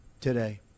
today